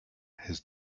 his